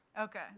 Okay